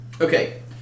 Okay